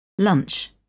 Lunch